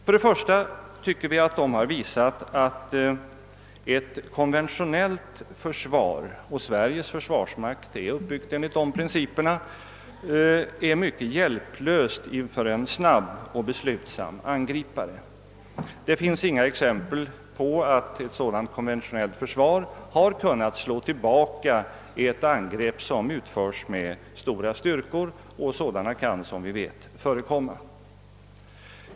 För det första tycker vi att det visat sig att ett konventionellt försvar — och Sveriges försvarsmakt är uppbyggd enligt de principerna — är mycket hjälplöst inför en snabb och beslutsam angripare. Det finns inga exempel på att ett sådant konventionellt försvar har kunnat slå tillbaka ett angrepp som utförs med stora styrkor — och sådana kan som vi vet förekomma.